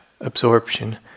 absorption